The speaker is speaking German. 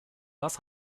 was